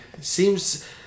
seems